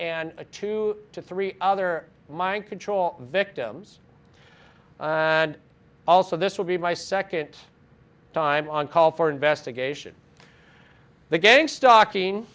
and a two to three other mind control victims and also this will be my second time on call for investigation the gang stalking